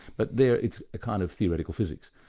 but there it's a kind of theoretical physics.